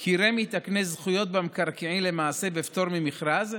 כי רמ"י תקנה זכויות במקרקעין, למעשה בפטור ממכרז,